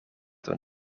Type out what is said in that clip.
door